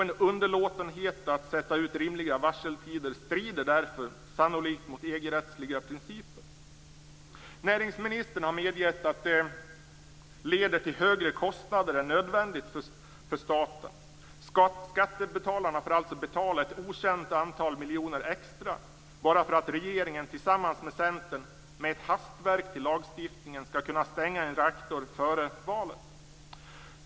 En underlåtenhet att sätta ut rimliga varseltider strider därför sannolikt mot EG-rättsliga principer. Näringsministern har medgett att detta leder till högre kostnader än nödvändigt för staten. Skattebetalarna får alltså betala ett okänt antal miljoner extra bara för att regeringen tillsammans med Centern med ett hastverk till lagstiftning skall kunna stänga en reaktor före valet.